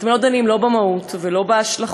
אתם לא דנים לא במהות ולא בהשלכות,